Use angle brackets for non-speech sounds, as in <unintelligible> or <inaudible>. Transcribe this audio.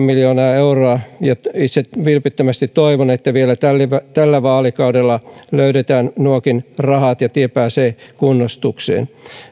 <unintelligible> miljoonaa euroa ja itse vilpittömästi toivon että vielä tällä tällä vaalikaudella löydetään nuokin rahat ja tie pääsee kunnostukseen